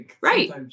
Right